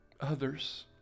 others